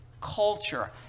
culture